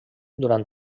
durant